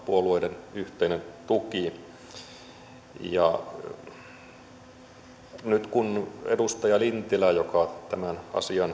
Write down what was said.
puolueiden yhteinen tuki nyt kun edustaja lintilä joka tämän